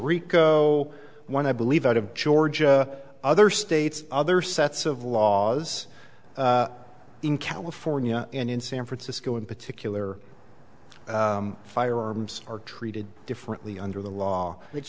rico one i believe out of georgia other states other sets of laws in california and in san francisco in particular firearms are treated differently under the law that